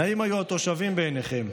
נאים היו התושבים בעיניכם,